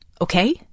Okay